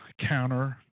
counter